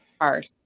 Hard